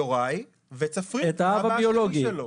יוראי וצפריר, האבא הטבעי שלו.